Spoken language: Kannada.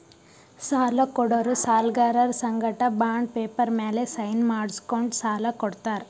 ಸಾಲ ಕೊಡೋರು ಸಾಲ್ಗರರ್ ಸಂಗಟ ಬಾಂಡ್ ಪೇಪರ್ ಮ್ಯಾಲ್ ಸೈನ್ ಮಾಡ್ಸ್ಕೊಂಡು ಸಾಲ ಕೊಡ್ತಾರ್